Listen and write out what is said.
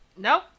No